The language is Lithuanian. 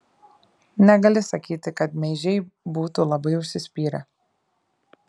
negali sakyti kad meižiai būtų labai užsispyrę